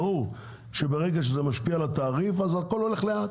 ברור שברגע שזה משפיע על התעריף הכל הולך לאט,